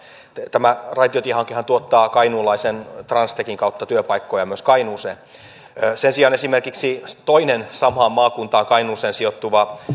tämä raitiotiehankehan tuottaa kainuulaisen transtechin kautta työpaikkoja myös kainuuseen sen sijaan esimerkiksi toinen samaan maakuntaan kainuuseen sijoittuva